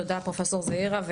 תודה פרופסור זעירא,